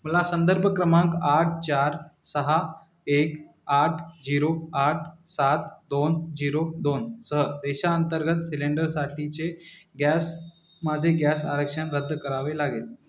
मला संदर्भ क्रमांक आठ चार सहा एक आठ झिरो आठ सात दोन झिरो दोन सह देशाअंतर्गत सिलेंडरसाठीचे गॅस माझे गॅस आरक्षण रद्द करावे लागेल